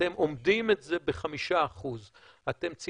אתם אומדים את זה ב-5%.